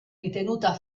ritenuta